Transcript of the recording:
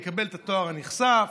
שיקבל את התואר הנכסף